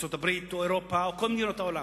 ארצות-הברית או אירופה או כל מדינות העולם,